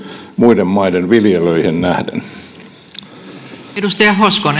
muiden maiden viljelijöihin nähden